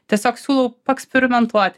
tiesiog siūlau paeksperimentuoti